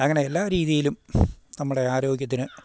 അങ്ങനെ എല്ലാ രീതിയിലും നമ്മുടെ ആരോഗ്യത്തിന്